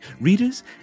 Readers